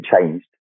changed